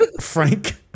Frank